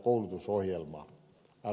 arvoisa puhemies